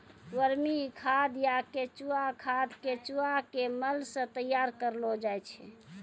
वर्मी खाद या केंचुआ खाद केंचुआ के मल सॅ तैयार करलो जाय छै